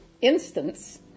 instance